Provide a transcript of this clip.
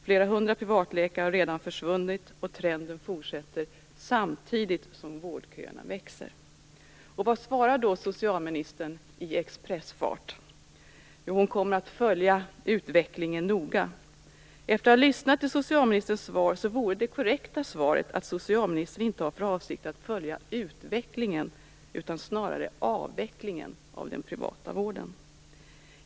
Flera hundra privatläkare har redan försvunnit och trenden fortsätter samtidigt som vårdköerna växer. Vad svarar då socialministern i expressfart? Jo, hon säger att hon kommer att följa utvecklingen noga. Efter att ha lyssnat till socialministerns svar tycker jag att det korrekta svaret vore att socialministern inte har för avsikt att följa utvecklingen, utan snarare avvecklingen, av den privata vården.